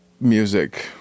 music